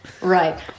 right